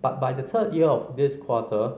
but by the third year of this quarter